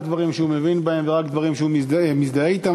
דברים שהוא מבין בהם ורק דברים שהוא מזדהה אתם,